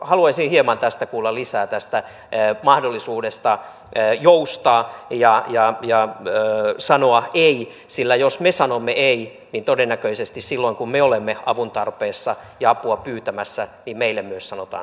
haluaisin hieman kuulla lisää tästä mahdollisuudesta joustaa ja sanoa ei sillä jos me sanomme ei niin todennäköisesti silloin kun me olemme avun tarpeessa ja apua pyytämässä meille myös sanotaan helpolla ei